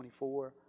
24